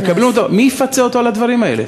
מי יפצה אותו על הדברים האלה?